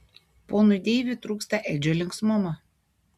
ponui deiviui trūksta edžio linksmumo